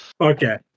okay